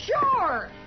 Sure